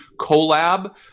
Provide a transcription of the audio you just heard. collab